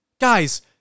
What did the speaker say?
Guys